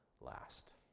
last